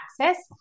access